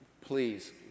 please